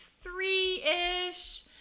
three-ish